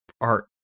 art